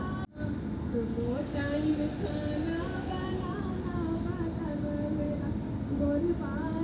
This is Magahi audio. कृषि उपकरण या कृषि मशीनरी कृषि मे उपयोग करे जाए वला से संबंधित हई